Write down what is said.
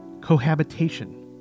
cohabitation